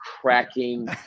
cracking